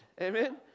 Amen